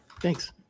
Thanks